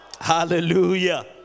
Hallelujah